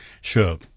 sure